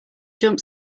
jump